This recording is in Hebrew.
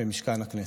במשכן הכנסת.